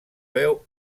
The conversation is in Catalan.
veu